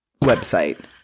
website